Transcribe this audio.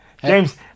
James